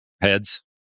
heads